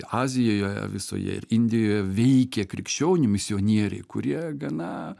azijoje visoje ir indijoje veikė krikščionių misionieriai kurie gana